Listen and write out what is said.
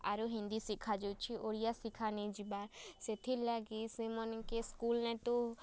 ଆରୁ ହିନ୍ଦୀ ଶିଖା ଯାଉଛେ ଓଡ଼ିଆ ଶିଖା ନାଇଁ ଯିବାର୍ ସେଥିର୍ଲାଗି ସେମାନ୍ଙ୍କେ ସ୍କୁଲ୍ନେ ତ